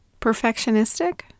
perfectionistic